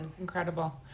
Incredible